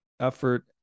effort